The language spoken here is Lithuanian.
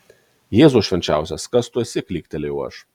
jėzau švenčiausias kas tu esi klyktelėjau aš